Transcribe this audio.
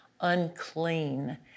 unclean